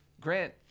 Grant